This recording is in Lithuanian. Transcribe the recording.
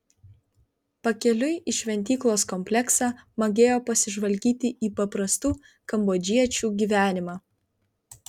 pakeliui į šventyklos kompleksą magėjo pasižvalgyti į paprastų kambodžiečių gyvenimą